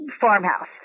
farmhouse